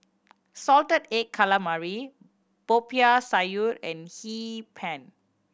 salted egg calamari Popiah Sayur and Hee Pan